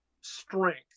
strength